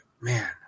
man